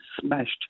smashed